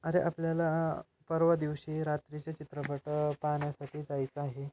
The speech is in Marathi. अरे आपल्याला परवा दिवशी रात्रीचे चित्रपट पाहण्यासाठी जायचं आहे